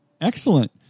Excellent